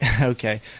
okay